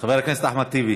חבר הכנסת אחמד טיבי,